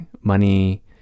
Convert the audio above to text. money